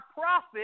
profit